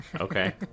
Okay